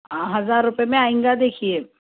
ہزار روپئے میں آئیں گا دیکھیے